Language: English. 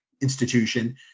institution